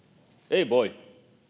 ei voi